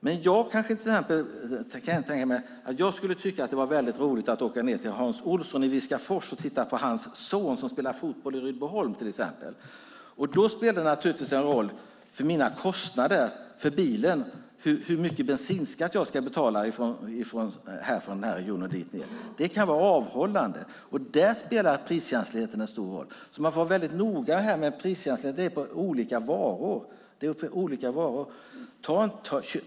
Men jag skulle till exempel tycka att det vore roligt att åka ned till Hans Olsson i Viskafors och titta på hans son som spelar fotboll i Rydboholm. Då spelar det naturligtvis en roll för mina kostnader för bilen hur mycket bensinskatt jag ska betala härifrån, från denna region, och dit ned. Det kan vara avhållande. Där spelar priskänsligheten en stor roll. Man får vara noga med priskänsligheten; den är olika på olika varor.